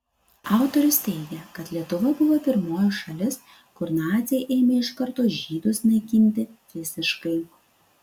autorius teigia kad lietuva buvo pirmoji šalis kur naciai ėmė iš karto žydus naikinti fiziškai